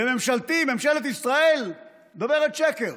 וממשלתי, ממשלת ישראל, דוברת שקר.